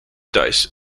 dice